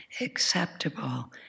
acceptable